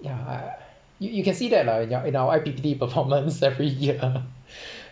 yeah you you can see that right in ou~ in our I_P_P_T performance every year